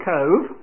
Cove